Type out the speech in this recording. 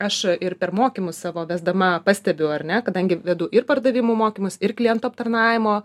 aš ir per mokymus savo vesdama pastebiu ar ne kadangi vedu ir pardavimų mokymus ir klientų aptarnavimo